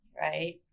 right